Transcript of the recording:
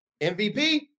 MVP